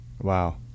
Wow